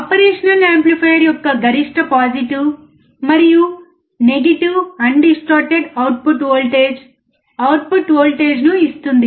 operational amplifier యొక్క గరిష్ట positive మరియు negative undistorted output voltage output వోల్టేజ్ను ఇస్తుంది